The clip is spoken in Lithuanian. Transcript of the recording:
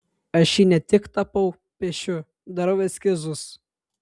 aš jį ne tik tapau piešiu darau eskizus